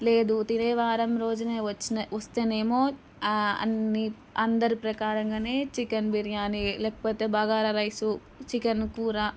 లేదు తినే వారం రోజునే వచ్చిన వస్తేనేమో అన్నీ అందరి ప్రకారంగానే చికెన్ బిర్యానీ లేకపోతే బగారా రైస్ చికెన్ కూర